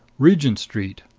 regent street.